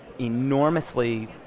enormously